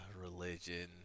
religion